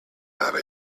have